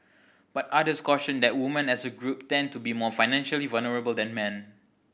but others cautioned that woman as a group tend to be more financially vulnerable than men